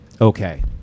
okay